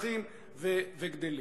נמשכים וגדלים.